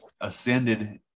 ascended